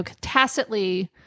tacitly